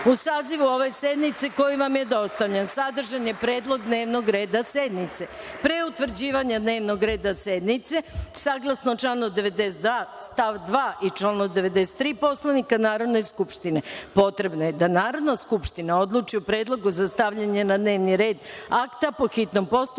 sazivu ove sednice, koji vam je dostavljen, sadržan je predlog dnevnog reda sednice. Pre utvrđivanja dnevnog reda sednice, saglasno članu 92. stav 2. i članu 93. Poslovnika Narodne skupštine, potrebno je da Narodna skupština odluči o predlogu za stavljanje na dnevni red akta po hitnom postupku